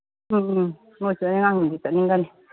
ꯎꯝ ꯎꯝ ꯃꯣꯏꯁꯨ ꯑꯌꯥꯡꯕꯗꯤ ꯆꯠꯅꯤꯡꯒꯅꯤ